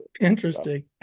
interesting